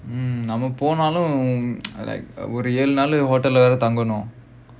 mm நம்ம போனாலும்:namma ponaalum like uh ஒரு ஏழு நாளு:oru elu naalu hotel leh தங்கணும்:thanganum